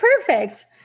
perfect